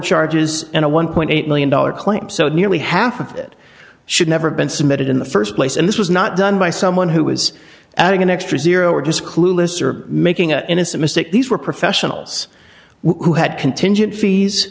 charges and a one point eight million dollars claim so nearly half of it should never been submitted in the st place and this was not done by someone who was adding an extra zero or just clueless or making an innocent mistake these were professionals who had contingen